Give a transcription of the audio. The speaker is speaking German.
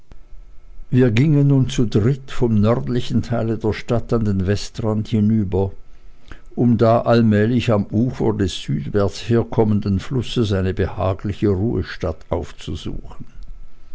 wir gingen nun zu dritt vom nördlichen teile der stadt an den westrand hinüber um da allmählich am ufer des südwärts herkommenden flusses eine behagliche ruhstatt aufzusuchen